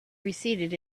receded